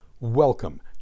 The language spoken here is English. Welcome